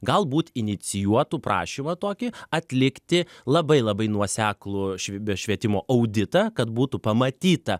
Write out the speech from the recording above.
galbūt inicijuotų prašymą tokį atlikti labai labai nuoseklų švietimo auditą kad būtų pamatyta